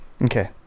Okay